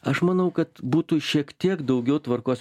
aš manau kad būtų šiek tiek daugiau tvarkos